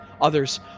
Others